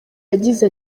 yagize